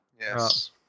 Yes